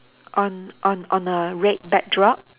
on on on a red backdrop